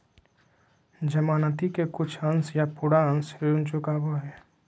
जमानती के कुछ अंश या पूरा अंश ऋण चुकावो हय